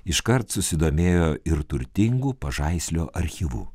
iškart susidomėjo ir turtingu pažaislio archyvu